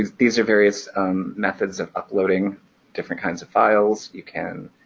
these these are various methods of uploading different kinds of files. you can,